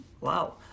Wow